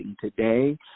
today